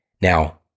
Now